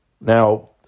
Now